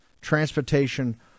transportation